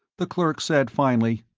the clerk said finally,